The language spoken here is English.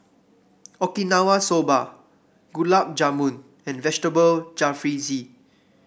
Okinawa Soba Gulab Jamun and Vegetable Jalfrezi